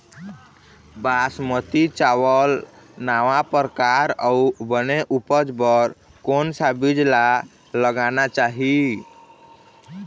बासमती चावल नावा परकार अऊ बने उपज बर कोन सा बीज ला लगाना चाही?